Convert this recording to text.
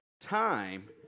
time